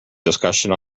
discussion